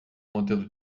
modelo